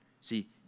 See